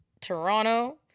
toronto